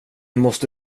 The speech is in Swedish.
måste